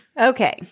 Okay